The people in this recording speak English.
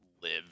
live